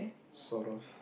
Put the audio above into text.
sort of